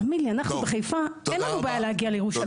תאמין לי אנחנו בחיפה אין לנו בעיה להגיע לירושלים.